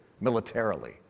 militarily